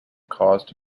caused